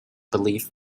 belief